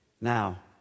Now